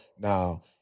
now